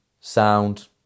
sound